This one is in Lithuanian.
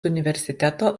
universiteto